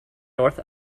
north